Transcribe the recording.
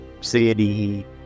city